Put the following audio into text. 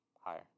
Higher